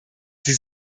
sie